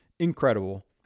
incredible